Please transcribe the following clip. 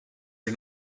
are